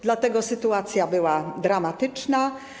Dlatego sytuacja była dramatyczna.